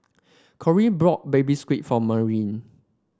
Corry bought Baby Squid for Marilyn